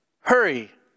hurry